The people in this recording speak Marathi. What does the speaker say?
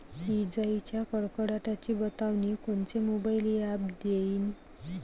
इजाइच्या कडकडाटाची बतावनी कोनचे मोबाईल ॲप देईन?